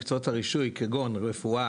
מקצועות הרישוי כגון רפואה,